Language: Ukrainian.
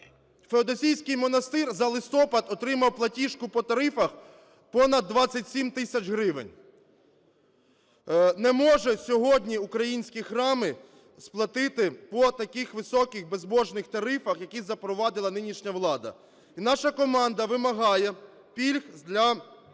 Феодосійський монастир за листопад отримав платіжку по тарифах понад 27 тисяч гривень. Не можуть сьогодні українські храми сплатити по таких високих, безбожних тарифах, які запровадила нинішня влада. Наша команда вимагає пільг для